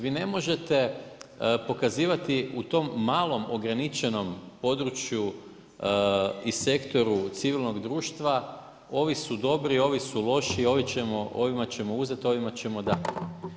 Vi ne možete pokazivati u tom malom ograničenom području i sektoru civilnog društva ovi su dobri, ovi su loši, ovima ćemo uzeti, ovima ćemo dati.